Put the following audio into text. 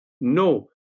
no